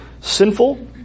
sinful